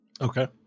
Okay